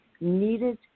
needed